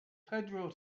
pedro